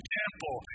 temple